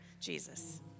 Jesus